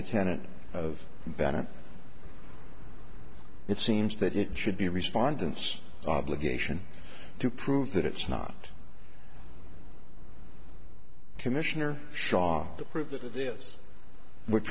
the tenets of bennett it seems that it should be respondents obligation to prove that it's not commissioner shaw to prove that this w